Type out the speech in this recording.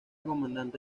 comandante